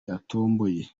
yatomboye